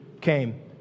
came